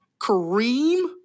Kareem